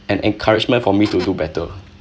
an encouragement for me to do better